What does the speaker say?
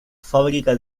fábrica